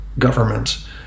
government